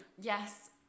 yes